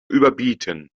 überbieten